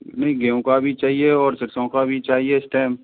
नहीं गेहूं का भी चाहिए और सरसों का भी चाहिए इस टाइम